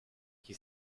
qui